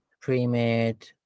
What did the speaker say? pre-made